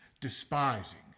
despising